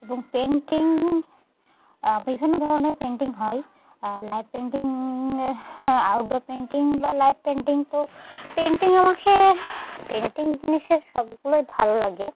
এবং পেইন্টিং বিভিন্ন ধরনের পেইন্টিং হয় লাইভ পেইন্টিং হ্যাঁ আউটডোর পেইন্টিং বা লাইভ পেইন্টিং তো পেইন্টিং আমাকে পেইন্টিং জিনিসের সবগুলোই ভালো লাগে